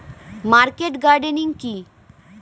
Market gardening কি?